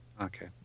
Okay